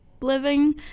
living